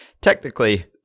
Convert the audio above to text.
technically